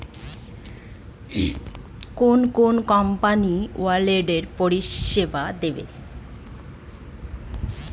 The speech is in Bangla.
কোন কোন কোম্পানি ওয়ালেট পরিষেবা দেয়?